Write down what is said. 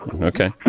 Okay